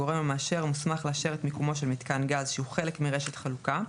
הגורם המאשר מוסמך לאשר את מיקומו של מיתקן גז שהוא חלק מרשת חלוקה,